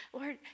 Lord